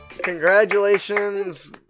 congratulations